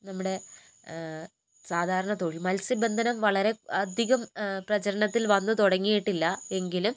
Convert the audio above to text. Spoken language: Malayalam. നമ്മുടെ സാധാരണ തൊഴിൽ മത്സ്യബന്ധനം വളരെ അധികം പ്രചാരത്തിൽ വന്നു തുടങ്ങിയിട്ടില്ല എങ്കിലും